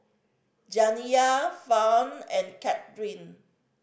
Janiyah Fawn and Kathlene